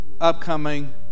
upcoming